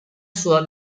sua